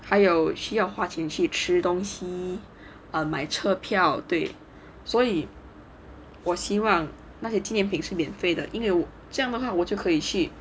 还有需要花钱去吃东西 um 买车票对所以我希望那些纪念品是免费的因为这样的话我就可以去